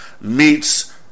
meets